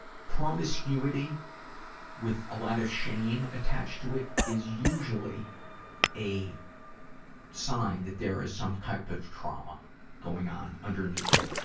promiscuity with a lot of shame attached to it, is usually a sign that there is some type of trauma going on underneath it.